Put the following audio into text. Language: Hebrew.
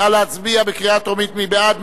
נא להצביע בקריאה טרומית, מי בעד?